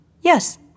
Yes